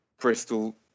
Bristol